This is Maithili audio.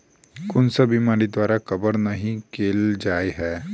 कुन सब बीमारि द्वारा कवर नहि केल जाय है?